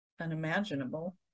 unimaginable